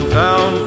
down